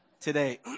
today